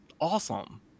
awesome